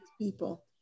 People